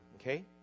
okay